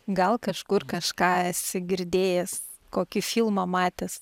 gal kažkur kažką esi girdėjęs kokį filmą matęs